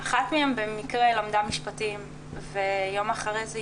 אחת מהן במקרה למדה משפטים ויום אחרי זה היא